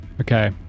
Okay